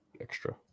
extra